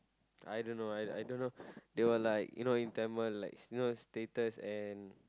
I don't know I I don't know they were like you know in Tamil like you know status and